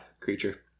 creature